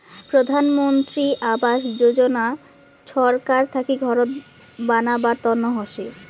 প্রধান মন্ত্রী আবাস যোজনা ছরকার থাকি ঘরত বানাবার তন্ন হসে